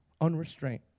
Unrestrained